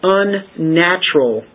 unnatural